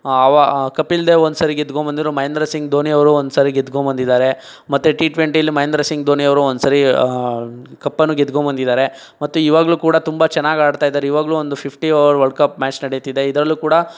ಅವ ಕಪಿಲ್ ದೇವ್ ಒಂದು ಸರಿ ಗೆದ್ಕೋಬಂದಿರುವ ಮಹೇಂದ್ರ ಸಿಂಗ್ ಧೋನಿ ಅವರು ಒಂದು ಸರಿ ಗೆದ್ಕೋಬಂದಿದ್ದಾರೆ ಮತ್ತೆ ಟಿ ಟ್ವೆಂಟಿಲಿ ಮಹೇಂದ್ರ ಸಿಂಗ್ ಧೋನಿ ಅವರು ಒಂದು ಸರಿ ಕಪ್ಪನ್ನೂ ಗೆದ್ಕೋಬಂದಿದ್ದಾರೆ ಮತ್ತು ಇವಾಗಲೂ ಕೂಡ ತುಂಬ ಚೆನ್ನಾಗಿ ಆಡ್ತಾಯಿದ್ದಾರೆ ಇವಾಗಲೂ ಒಂದು fifty over world cup match ನಡೀತಿದೆ ಇದರಲ್ಲೂ ಕೂಡ